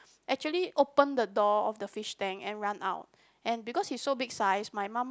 actually open the door of the fish tank and run out and because he so big size my mum